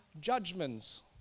judgments